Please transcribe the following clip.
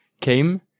came